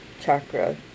chakra